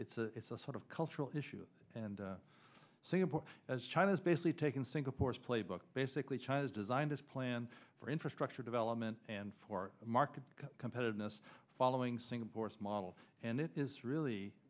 it's a it's a sort of cultural issue and singapore as china has basically taken singapore's playbook basically china's designed as plan for infrastructure development and for market competitiveness following singapore's model and it is really